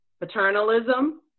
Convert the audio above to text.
paternalism